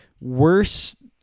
worse